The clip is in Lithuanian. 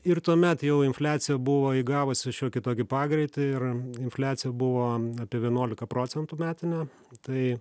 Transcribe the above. ir tuomet jau infliacija buvo įgavusi šiokį tokį pagreitį ir infliacija buvo apie vienuolika procentų metinė tai